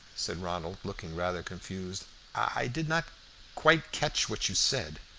said ronald, looking rather confused i did not quite catch what you said.